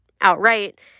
outright